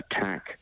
attack